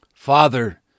Father